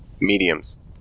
mediums